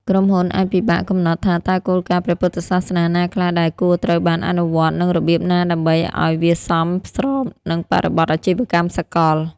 ក្រុមហ៊ុនអាចពិបាកកំណត់ថាតើគោលការណ៍ព្រះពុទ្ធសាសនាណាខ្លះដែលគួរត្រូវបានអនុវត្ត និងរបៀបណាដើម្បីឱ្យវាសមស្របនឹងបរិបទអាជីវកម្មសកល។